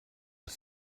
les